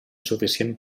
suficient